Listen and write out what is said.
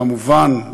כמובן,